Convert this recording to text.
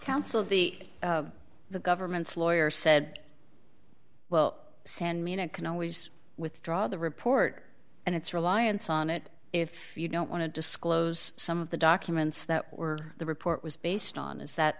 counsel the the government's lawyer said well san marino can always withdraw the report and its reliance on it if you don't want to disclose some of the documents that were the report was based on is that